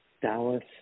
Dallas